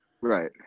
Right